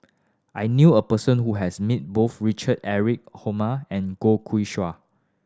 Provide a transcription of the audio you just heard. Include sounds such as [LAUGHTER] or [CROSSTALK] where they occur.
I knew a person who has met both Richard Eric [UNINTELLIGIBLE] and Goh Ku [UNINTELLIGIBLE]